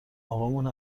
اقامون